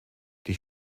die